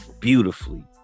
beautifully